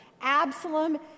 Absalom